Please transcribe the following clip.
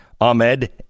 Ahmed